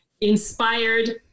inspired